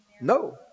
no